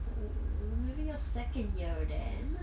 oo maybe your second year then